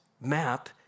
map